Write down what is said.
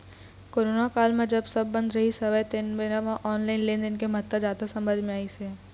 corona काल म जब सब बंद रहिस हवय तेन बेरा म ऑनलाइन लेनदेन के महत्ता जादा समझ मे अइस हे